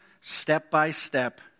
step-by-step